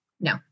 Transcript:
no